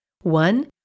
One